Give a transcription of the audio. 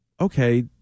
Okay